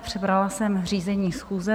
Přebrala jsem řízení schůze.